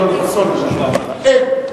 אין.